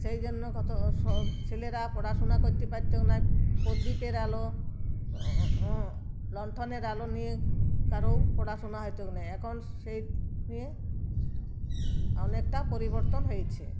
সেই জন্য কত সব ছেলেরা পড়াশুনা করতে পারত না প্রদীপের আলো লন্ঠনের আলো নিয়ে কারও পড়াশুনা হত না এখন সেই নিয়ে অনেকটা পরিবর্তন হয়েছে